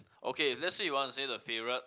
okay let's say you want to say the favourite